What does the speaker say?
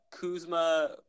Kuzma